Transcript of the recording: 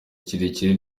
kirekire